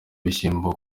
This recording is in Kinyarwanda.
ibishyimbo